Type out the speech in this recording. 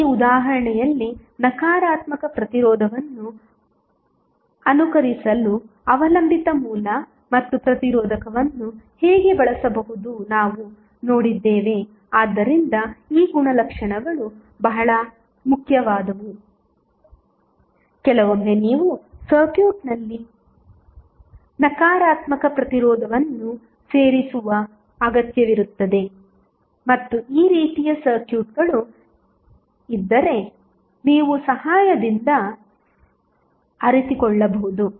ಈಗ ಈ ಉದಾಹರಣೆಯಲ್ಲಿ ನಕಾರಾತ್ಮಕ ಪ್ರತಿರೋಧವನ್ನು ಅನುಕರಿಸಲು ಅವಲಂಬಿತ ಮೂಲ ಮತ್ತು ಪ್ರತಿರೋಧಕವನ್ನು ಹೇಗೆ ಬಳಸಬಹುದೆಂದು ನಾವು ನೋಡಿದ್ದೇವೆ ಆದ್ದರಿಂದ ಈ ಗುಣಲಕ್ಷಣಗಳು ಬಹಳ ಮುಖ್ಯವಾದವು ಕೆಲವೊಮ್ಮೆ ನೀವು ಸರ್ಕ್ಯೂಟ್ನಲ್ಲಿ ನಕಾರಾತ್ಮಕ ಪ್ರತಿರೋಧವನ್ನು ಸೇರಿಸುವ ಅಗತ್ಯವಿರುತ್ತದೆ ಮತ್ತು ಈ ರೀತಿಯ ಸರ್ಕ್ಯೂಟ್ಗಳು ಇದ್ದರೆ ನೀವು ಸಹಾಯದಿಂದ ಅರಿತುಕೊಳ್ಳಬಹುದು